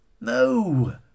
No